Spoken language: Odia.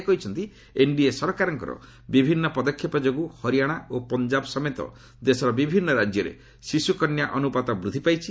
ସେ କହିଛନ୍ତି ଏନ୍ଡିଏ ସରକାରଙ୍କର ବିଭିନ୍ନ ପଦକ୍ଷେପ ଯୋଗୁଁ ହରିୟାନା ଓ ପଞ୍ଜାବ ସମେତ ଦେଶର ବିଭିନ୍ନ ରାଜ୍ୟରେ ଶିଶୁକନ୍ୟା ଅନୁପାତ ବୃଦ୍ଧି ପାଇଛି